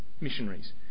missionaries